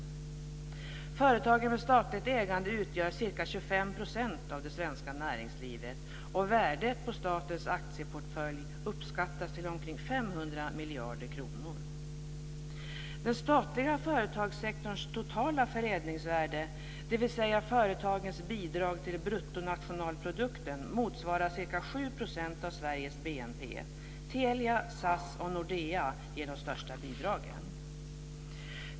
Företagen med statligt ägande utgör ca 25 % av det svenska näringslivet. Värdet på statens aktieportfölj uppskattas till omkring 500 miljarder kronor. och Nordea ger de största bidragen.